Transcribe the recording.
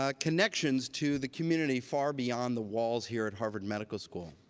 ah connections to the community far beyond the walls here at harvard medical school.